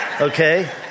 Okay